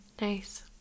Nice